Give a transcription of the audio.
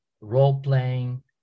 role-playing